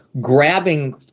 grabbing